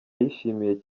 yishimiye